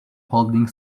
holding